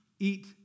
eat